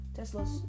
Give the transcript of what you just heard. Tesla's